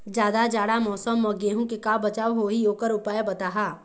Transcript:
जादा जाड़ा मौसम म गेहूं के का बचाव होही ओकर उपाय बताहा?